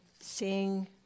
seeing